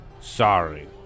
sorry